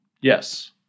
Yes